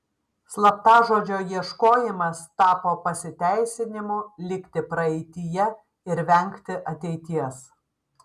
slaptažodžio ieškojimas tapo pasiteisinimu likti praeityje ir vengti ateities